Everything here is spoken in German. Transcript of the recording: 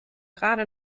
gerade